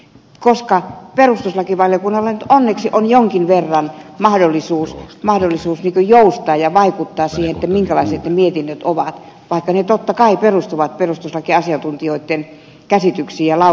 perustuslakivaliokunnalla nyt onneksi on jonkin verran mahdollisuuksia joustaa ja vaikuttaa siihen minkälaiset ne mietinnöt ovat vaikka ne totta kai perustuvat perustuslakiasiantuntijoitten käsityksiin ja lausuntoihin